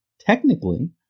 technically